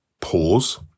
Pause